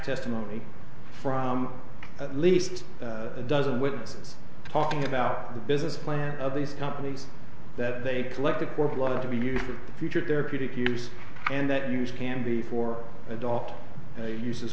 testimony from at least a dozen witnesses talking about the business plan of these companies that they collected for blood to be used for future therapeutic use and that use can be for adult use as